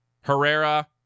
Herrera